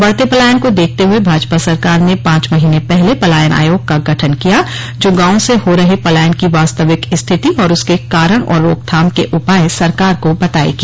बढ़ते पलायन को देखते हए भाजपा सरकार ने पांच महीने पहले पलायन आयोग का गठन किया जो गांवों से हो रहे पलायन की वास्तविक स्थिति और उसके कारण और रोकथाम के उपाय सरकार को बतायेगी